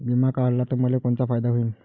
बिमा काढला त मले कोनचा फायदा होईन?